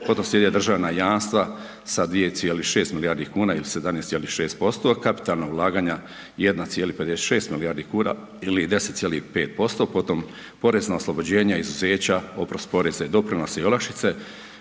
razumije./... državna jamstva sa 2,6 milijardi kuna ili 17,6%, kapitalna ulaganja 1,56 milijardi kuna ili 10,5%, potom porezna oslobođenja, izuzeća, oprost poreza i doprinosa i olakšice